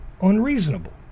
unreasonable